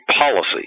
policy